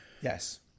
Yes